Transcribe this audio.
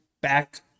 back